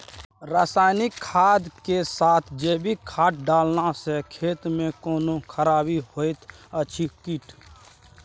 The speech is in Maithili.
रसायनिक खाद के साथ जैविक खाद डालला सॅ खेत मे कोनो खराबी होयत अछि कीट?